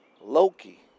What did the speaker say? Loki